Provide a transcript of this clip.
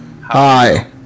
Hi